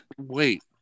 wait